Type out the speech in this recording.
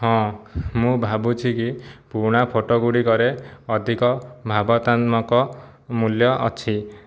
ହଁ ମୁଁ ଭାବୁଛିକି ପୁରୁଣା ଫଟୋ ଗୁଡ଼ିକରେ ଅଧିକ ଭାବନାତ୍ମକ ମୁଲ୍ୟ ଅଛି